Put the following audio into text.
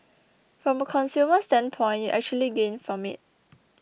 from a consumer standpoint you actually gain from it